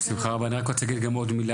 בשמחה, אני רק רוצה גם להגיד דבר נוסף.